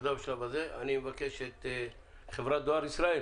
אני אבקש את חברת דואר ישראל